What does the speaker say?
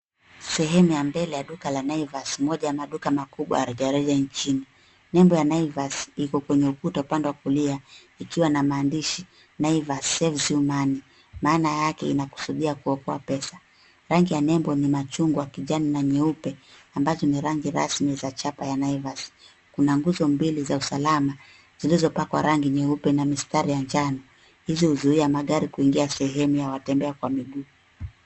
Sehemu ya mbele ya duka la Naivas, moja ya duka la rejareja nchini. Nembo ya Naivas iko kwenye ukuta upande wa kulia ikiwa na maandishi Naivas, saves you money . Maana yeake inakusudia kuokoa pesa. Rangi ya nembo ni machungwa kijani na nyeupe ambazo ni rangirasmi za chapa ya Naivas. Kuna nguzo mbili za usalama zilizopakwa rangi nyeupe na mistari ya njano. Hizi huzuia magari kuingia sehemu ya watembea kwa miguu.